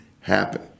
happen